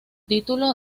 título